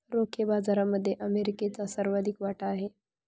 रोखे बाजारामध्ये अमेरिकेचा सर्वाधिक वाटा आहे